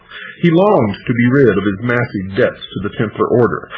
he longed to be rid of his massive debts to the templar order,